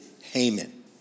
Haman